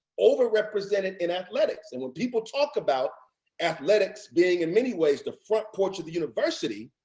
over-represented in athletics. and when people talk about athletics being in many ways the front porch of the university,